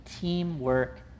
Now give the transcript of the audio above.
teamwork